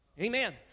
Amen